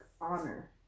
honor